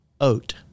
oat